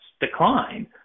decline